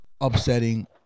upsetting